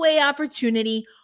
opportunity